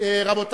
אדוני ראש